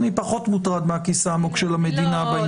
אני פחות מוטרד מהכיס העמוק של המדינה בעניינים האלה.